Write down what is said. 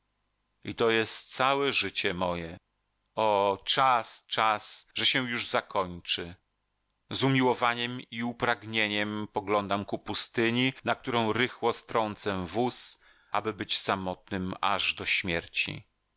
i to jest całe życie moje o czas czas że się już zakończy z umiłowaniem i upragnieniem poglądam ku pustyni na którą rychło strącę wóz aby być samotnym aż do śmierci